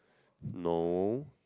no